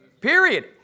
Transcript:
Period